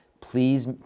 Please